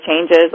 changes